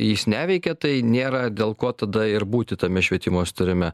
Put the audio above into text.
jis neveikia tai nėra dėl ko tada ir būti tame švietimo sutarime